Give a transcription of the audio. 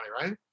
Right